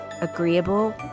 agreeable